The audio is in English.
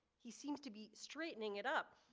he seems to be straightening it up.